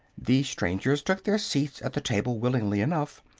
the strangers took their seats at the table willingly enough,